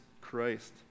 Christ